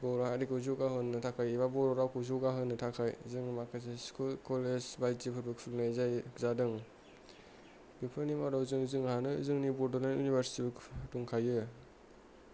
बर' हारिखौ जौगाहोनो थाखाय एबा बर' रावखौ जौगाहोनो थाखाय जों माखासे स्कुल कलेज बायदिफोरबो खुलिनाय जादों बेफोरनि मादाव जोंना बड'लेण्ड यूनिवारसिटि दंखायो